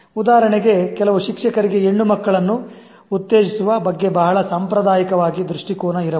ಉದಾಹರಣೆಗೆ ಕೆಲವು ಶಿಕ್ಷಕರಿಗೆ ಹೆಣ್ಣು ಮಕ್ಕಳನ್ನು ಉತ್ತೇಜಿಸುವ ಬಗ್ಗೆ ಬಹಳ ಸಂಪ್ರದಾಯವಾಗಿ ದೃಷ್ಟಿಕೋನ ಇರಬಹುದು